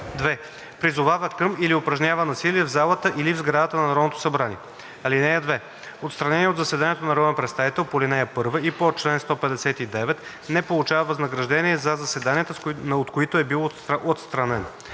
2. призовава към или упражнява насилие в залата или в сградата на Народното събрание. (2) Отстраненият от заседанието народен представител по ал. 1 и по чл. 159 не получава възнаграждение за заседанията, от които е бил отстранен.